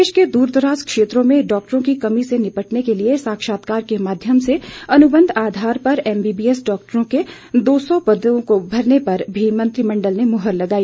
प्रदेश के दूरदराज क्षेत्रों में डॉक्टरों की कमी से निपटने के लिए साक्षात्कार के माध्यम से अनुबंध आधार पर एमबीबीएस डॉक्टरों के दो सौ पदों को भरने पर भी मंत्रिमंडल ने मुहर लगाई